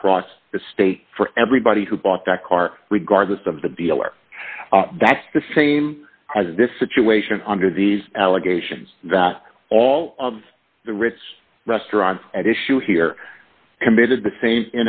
across the state for everybody who bought that car regardless of the dealer that's the same as this situation under these allegations that all of the ritz restaurant at issue here committed the same